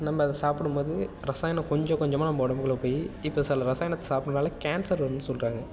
நம்ம அதை சாப்பிடும்போது ரசாயனம் கொஞ்சம் கொஞ்சமாக நம்ம உடம்புக்குள்ள போய் இப்போ சில ரசாயனத்தை சாப்பிடுறதால கேன்சர் வருதுன்னு சொல்கிறாங்க